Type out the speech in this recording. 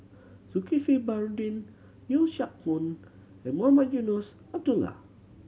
Zulkifli Baharudin Yeo Siak Goon and Mohamed Eunos Abdullah